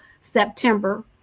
September